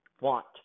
want